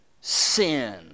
sin